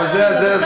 זה הנרטיב המתמשך.